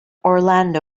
orlando